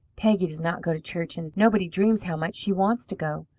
peggy does not go to church, and nobody dreams how much she wants to go.